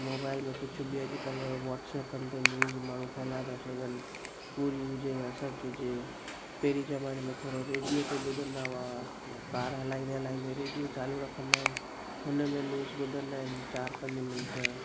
mobile में कुझ बि अॼुकल्ह वाट्सअपनि ते न्यूस माण्हू फैलाए था सघनि कूड़ी हुजे या सच हुजे पहिरी ज़माने में थोरो रेडियो ते ॿुधंदा हुआ या कार हलाईंदे हलाईंदे रेडियो चालू रखंदा आहिनि उन में न्यूस ॿुधंदा आहिनि चारि पंज मिनट